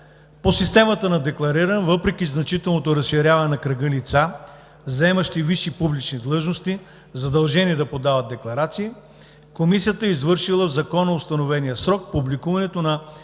По системата на деклариране, въпреки значителното разширяване на кръга лица, заемащи висши публични длъжности, задължени да подават декларации, Комисията е извършила в законоустановения срок публикуването на